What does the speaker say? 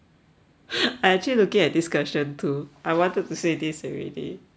I actually looking at this question too I wanted to say this already